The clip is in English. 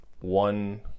one